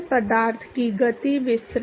Prandtl संख्या के विभिन्न मूल्य